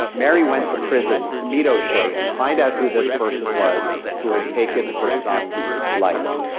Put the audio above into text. mary went to prison to meet oshea and find out who this person was who had taken her son's life.